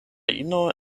ino